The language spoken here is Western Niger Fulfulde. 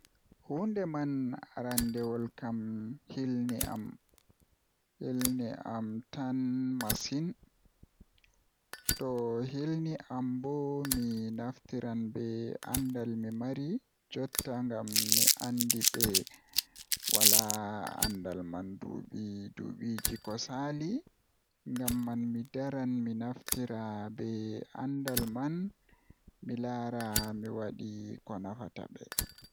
Huunde man aranndewol kam hilna tan masin, To hilni ambo mi naftiran be anndal mi mari jotta ngam mi andi be Wala anndal man duɓii duɓiiji ko saali ngamman mi daran mi Naftira be anndal man mi laari mi wadan ko nafata ɓe haa Rayuwa mabɓe haa wakkati man.